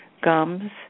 gums